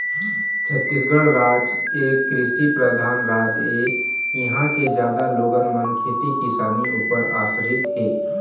छत्तीसगढ़ राज एक कृषि परधान राज ऐ, इहाँ के जादा लोगन मन खेती किसानी ऊपर आसरित हे